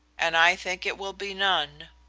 and i think it will be none.